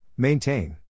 Maintain